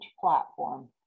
platform